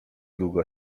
długo